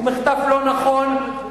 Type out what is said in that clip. הוא מחטף לא נכון,